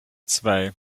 zwei